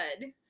good